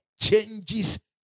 changes